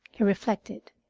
he reflected.